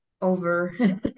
over-